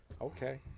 okay